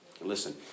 Listen